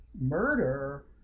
murder